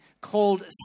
called